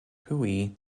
huey